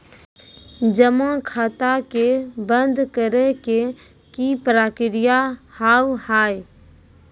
जमा खाता के बंद करे के की प्रक्रिया हाव हाय?